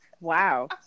Wow